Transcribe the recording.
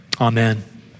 amen